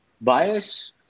bias